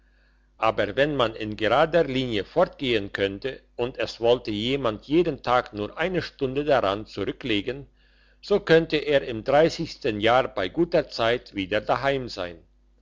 aber wenn man in gerader linie fortgehen könnte und es wollte jemand jeden tag nur eine stunde daran zurücklegen so könnte er im dreissigsten jahr bei guter zeit wieder daheim sein